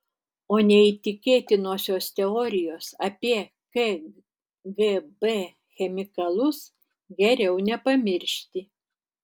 o neįtikėtinosios teorijos apie kgb chemikalus geriau nepamiršti